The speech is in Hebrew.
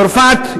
צרפת,